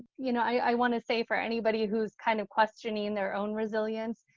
you know i want to say for anybody who's kind of questioning their own resilience,